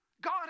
God